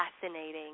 fascinating